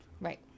Right